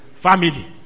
family